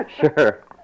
Sure